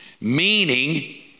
meaning